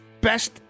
best